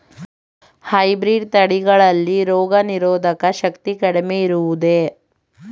Hybrid ತಳಿಗಳಲ್ಲಿ ರೋಗನಿರೋಧಕ ಶಕ್ತಿ ಕಡಿಮೆ ಇರುವುದೇ?